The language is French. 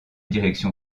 direction